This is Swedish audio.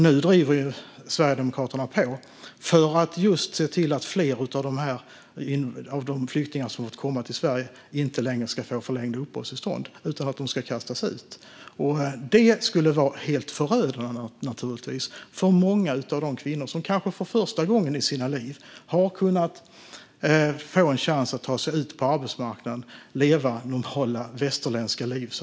Nu driver Sverigedemokraterna på för att se till att fler av de flyktingar som har fått komma till Sverige inte ska få förlängda uppehållstillstånd utan ska kastas ut. Detta skulle naturligtvis vara helt förödande för många av de kvinnor som kanske för första gången i livet har kunnat få en chans att ta sig ut på arbetsmarknaden och leva normala västerländska liv.